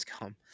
come